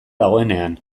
dagoenean